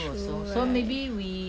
true right